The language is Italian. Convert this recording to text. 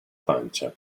pancia